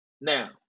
Now